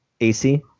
ac